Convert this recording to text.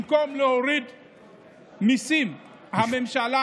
במקום להוריד מיסים, הממשלה